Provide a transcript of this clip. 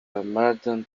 modern